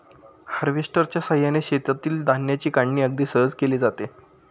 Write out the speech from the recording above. हार्वेस्टरच्या साहाय्याने शेतातील धान्याची काढणी अगदी सहज केली जाते